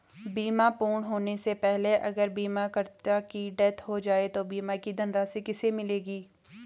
बीमा पूर्ण होने से पहले अगर बीमा करता की डेथ हो जाए तो बीमा की धनराशि किसे मिलेगी?